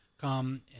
come